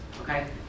Okay